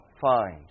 find